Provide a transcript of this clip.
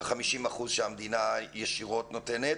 ה-50% שהמדינה ישירות נותנת,